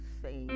say